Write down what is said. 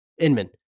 Inman